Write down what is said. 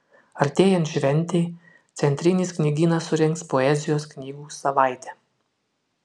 artėjant šventei centrinis knygynas surengs poezijos knygų savaitę